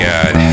God